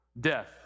Death